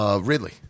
Ridley